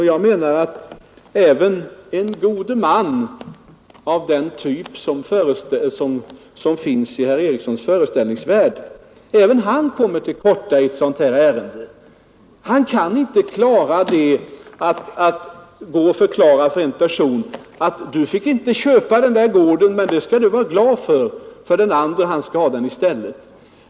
Och jag menar att även en god man av den typ som finns i herr Erikssons föreställningsvärld kommer till korta i sådana ärenden. Han kan inte undvika irritation, när han måste tala om för en person: Du fick inte köpa den där gården, utan den andre skall ha den i stället. Men det skall Du vara glad för.